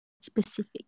specific